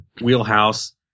Wheelhouse